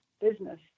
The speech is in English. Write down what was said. business